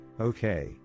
okay